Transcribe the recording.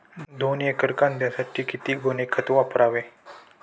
दोन एकर कांद्यासाठी किती गोणी खत वापरावे?